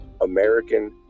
American